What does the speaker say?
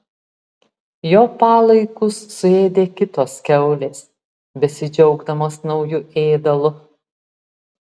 jo palaikus suėdė kitos kiaulės besidžiaugdamos nauju ėdalu